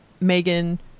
Megan